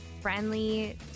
friendly